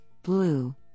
Blue